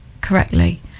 correctly